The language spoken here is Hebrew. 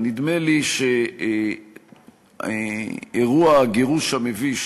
נדמה לי שאירוע הגירוש המביש